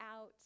out